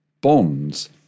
bonds